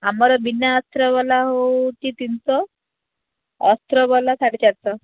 ଆମର ବିନା ଅସ୍ତ୍ରବାଲା ହେଉଛି ତିନିଶହ ଅସ୍ତ୍ରବାଲା ସାଢ଼େ ଚାରିଶହ